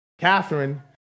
Catherine